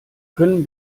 können